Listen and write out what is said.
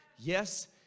Yes